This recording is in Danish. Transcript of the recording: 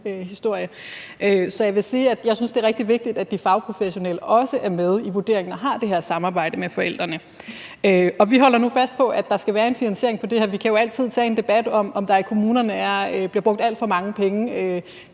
jeg synes, det er rigtig vigtigt, at de fagprofessionelle også er med i vurderingen og har det her samarbejde med forældrene. Vi holder nu fast i, at der skal være en finansiering af det her. Vi kan jo altid tage en debat om, om der i kommunerne bliver brugt alt for mange penge,